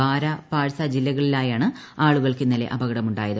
ബാര പാർസ ജില്ലകളിലായാണ് ആളുകൾക്ക് ഇന്നലെ അപകടമുണ്ടായത്